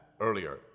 earlier